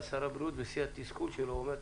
ואז שר הבריאות בשיא התסכול שלו אמר,